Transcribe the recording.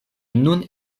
nun